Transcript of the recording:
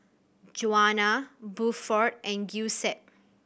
Juana Buford and Giuseppe